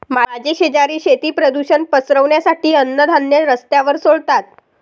माझे शेजारी शेती प्रदूषण पसरवण्यासाठी अन्नधान्य रस्त्यावर सोडतात